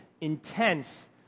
intense